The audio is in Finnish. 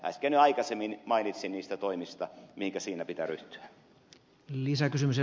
äsken jo mainitsin niistä toimista mihinkä siinä pitää ryhtyä